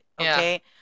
okay